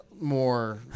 more